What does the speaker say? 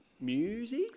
Music